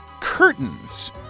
curtains